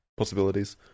possibilities